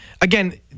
again